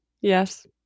yes